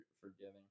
forgetting